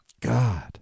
God